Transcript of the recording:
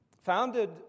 founded